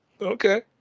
Okay